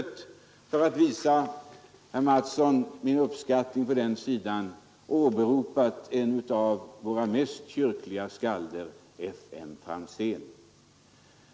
För att visa herr Mattsson min uppskattning för den sidan har jag till och med åberopat en av våra mest kyrkliga skalder, F. M. Franzén.